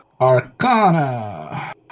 arcana